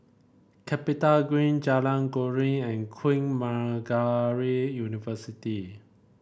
CapitaGreen Jalan Keruing and Queen Margaret University